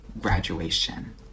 graduation